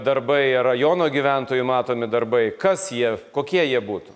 darbai rajono gyventojų matomi darbai kas jie kokie jie būtų